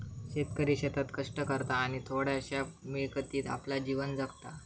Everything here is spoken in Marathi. शेतकरी शेतात कष्ट करता आणि थोड्याशा मिळकतीत आपला जीवन जगता